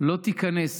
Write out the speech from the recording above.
לא תיכנס